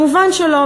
מובן שלא.